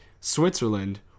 Switzerland